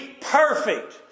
perfect